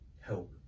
help